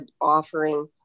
offering